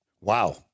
Wow